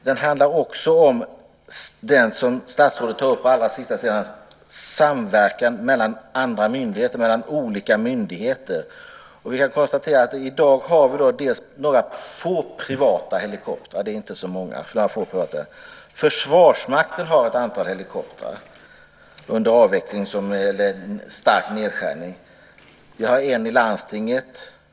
Det handlar också om det som statsrådet tar upp allra sist, nämligen samverkan mellan olika myndigheter. Vi kan konstatera att i dag har vi några få privata helikoptrar - det är inte så många. Försvarsmakten har ett antal helikoptrar under avveckling eller stark nedskärning. Vi har en i landstinget.